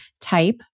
type